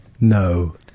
No